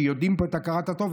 כי יודעים פה את הכרת הטוב.